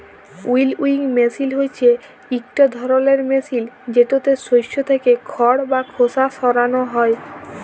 উইলউইং মেসিল হছে ইকট ধরলের মেসিল যেটতে শস্য থ্যাকে খড় বা খোসা সরানো হ্যয়